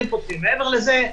מעבר לזה,